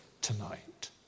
tonight